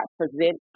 present